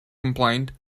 complained